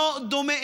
לא דומה.